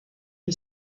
and